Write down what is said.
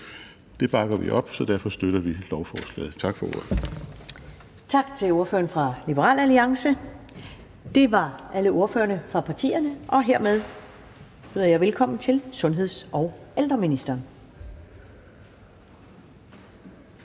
Det bakker vi op, så derfor støtter vi lovforslaget. Tak for ordet. Kl. 11:11 Første næstformand (Karen Ellemann): Tak til ordføreren for Liberal Alliance. Det var alle ordførerne for partierne, og hermed byder jeg velkommen til sundheds- og ældreministeren.